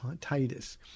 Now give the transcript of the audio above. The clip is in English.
Titus